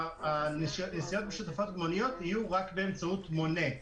שהנסיעות המשותפות במוניות יהיו רק באמצעות מונה.